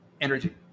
energy